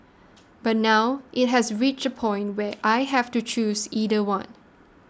but now it has reached a point where I have to choose either one